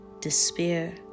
despair